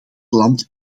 land